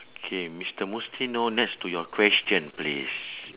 K mister mustino next to your question please